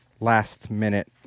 last-minute